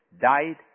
died